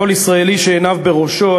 כל ישראלי שעיניו בראשו,